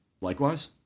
likewise